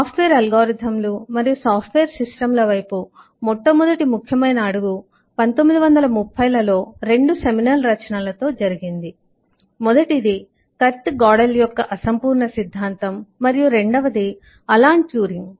software అల్గోరిథంలు మరియు software సిస్టంల వైపు మొట్టమొదటి ముఖ్యమైన అడుగు 1930 లలో 2 సెమినల్ రచనలతో జరిగింది మొదటిది కర్ట్ గొడెల్ యొక్క అసంపూర్ణ సిద్ధాంతం మరియు రెండవది అలాన్ ట్యూరింగ్